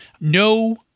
no